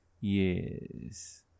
yes